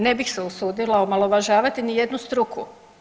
Ne bih se usudila omalovažavati ni jednu struku.